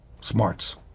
smarts